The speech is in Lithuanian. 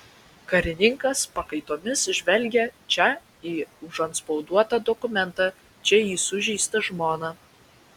karininkas pakaitomis žvelgė čia į užantspauduotą dokumentą čia į sužeistą žmoną